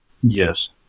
Yes